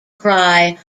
cry